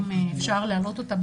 אם אפשר להעלות אותה,